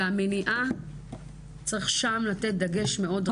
ושם צריך לתת דגש על המניעה.